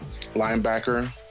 linebacker